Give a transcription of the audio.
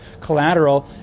collateral